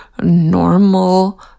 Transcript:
normal